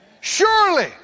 Surely